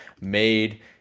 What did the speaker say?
made